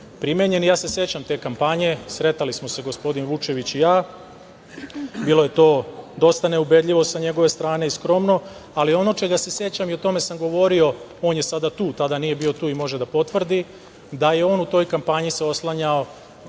Sećam se te kampanje, sretali smo se gospodin Vučević i ja, bilo je to dosta neubedljivo sa njegove strane i skromno, ali ono čega se sećam i o tome sam govorio, on je sada tu, tada nije bio tu, i može da potvrdi, da je on u toj kampanji se oslanjao